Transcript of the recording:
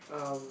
um